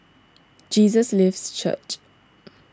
Jesus Lives Church